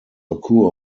occur